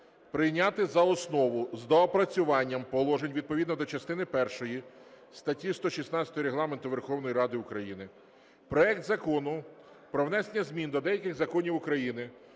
прийняти за основу з доопрацюванням положень відповідно до частини першої статті 116 Регламенту Верховної Ради України проект Закону про внесення змін до деяких законів України